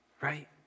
right